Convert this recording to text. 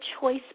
choice